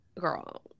Girl